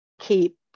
keep